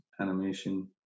animation